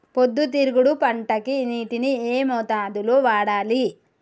పొద్దుతిరుగుడు పంటకి నీటిని ఏ మోతాదు లో వాడాలి?